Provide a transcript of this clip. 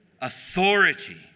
Authority